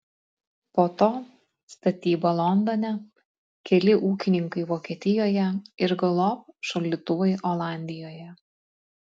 po to statyba londone keli ūkininkai vokietijoje ir galop šaldytuvai olandijoje